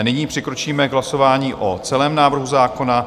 Nyní přikročíme k hlasování o celém návrhu zákona.